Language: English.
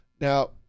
Now